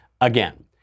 again